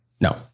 No